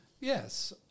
Yes